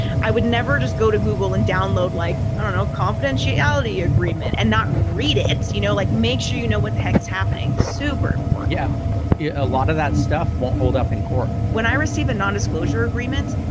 i would never just go to google and download like, i don't know, confidentiality agreement and not read it. it's you know, like, make sure you know what the heck is happening. super important. yeah yeah a lot of that stuff won't hold up in court. dominica lumazar when i receive a nondisclosure agreement.